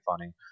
funny